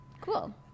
Cool